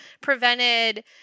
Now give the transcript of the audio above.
prevented